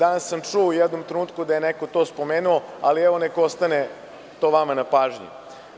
Čuo sam u jednom trenutku da je neko to spomenuo, ali neka ostane to vama na pažnji.